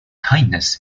kindness